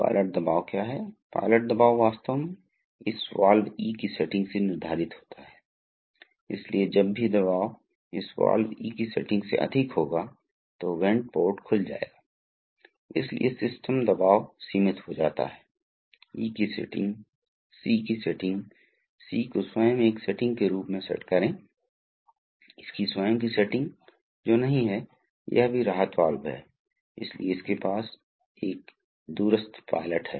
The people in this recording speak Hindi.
हाइड्रोलिक द्रव क्या करता है इसलिए आप देखते हैं कि हाइड्रोलिक तरल पदार्थ इस तथ्य के अलावा कि यह इसे ठंडा करता है और गन्दगी को हटाता है वहाँ एक बिंदु है जिसका मैंने उल्लेख नहीं किया है अर्थात यह सील करता है इसलिए इसलिए कि तेल की चिपचिपाहट के कारण यदि आपके पास तो उदाहरण के लिए यहाँ तरल पदार्थ और जो तरल पदार्थ यहाँ इस तरल फिल्म द्वारा प्रभावी रूप से सील होने जा रहे हैं तो यह तरल फिल्म यहां एक सील के रूप में काम करने जा रही है ताकि यह दबाव न हो एक प्रभावी बाधा बनाई गई है